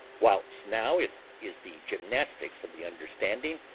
whilst now it is the gymnastics of the understanding,